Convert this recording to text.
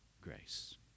grace